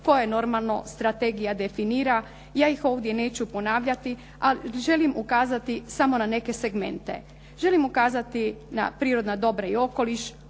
koje normalno strategija definira. Ja ih ovdje neću ponavljati ali želim ukazati samo na neke segmente. Želim ukazati na prirodna dobra i okoliš,